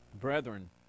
Brethren